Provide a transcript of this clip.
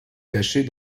cachée